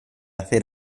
hacer